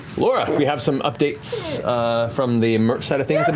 laura, we have some updates from the merch side of things.